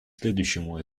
следующему